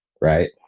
right